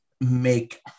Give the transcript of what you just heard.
make